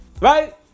right